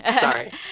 Sorry